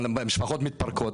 משפחות מתפרקות,